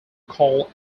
call